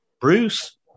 Bruce